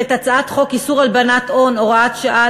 ואת הצעת חוק איסור הלבנת הון (הוראת שעה),